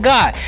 God